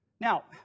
Now